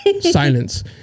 Silence